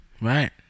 Right